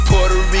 Puerto